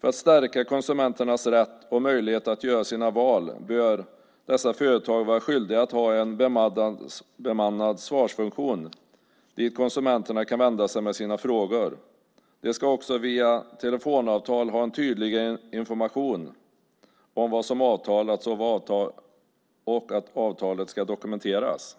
För att stärka konsumenternas rätt och möjlighet att göra sina val bör dessa företag vara skyldiga att ha en bemannad svarsfunktion dit konsumenterna kan vända sig med sina frågor. De ska också vid telefonavtal ha en tydligare information om vad som avtalats, och avtalet ska dokumenteras.